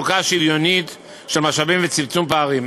לחלוקה שוויונית של משאבים וצמצום פערים.